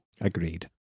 Agreed